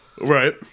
Right